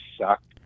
sucked